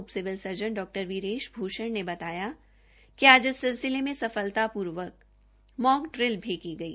उप civil surgeon डा वीरेश भूष्ण ने बताया कि आज इस सिलसिले में सफलतापूर्वक मॉक ड्रिल की गई